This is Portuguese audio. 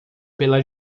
pela